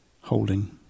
holding